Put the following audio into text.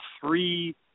three